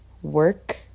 work